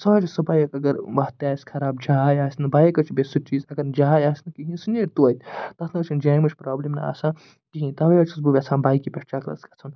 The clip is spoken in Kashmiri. سۄ حظ چھِ سۄ بایک اَگر وَتھ تہِ آسہِ خراب جاے آسہِ نہٕ بایک حظ چھِ بیٚیہِ سُہ چیٖز اَگر جاے آسہِ نہٕ کِہیٖنۍ سُہ نیرِ توتہِ تَتھ نَہ حظ چھَنہٕ جیمٕچ پرٛابلِم نہٕ آسان کِہیٖنۍ تَؤے حظ چھُس بہٕ یَژھان بایکہِ پٮ۪ٹھ چکرَس گژھُن